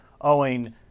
owing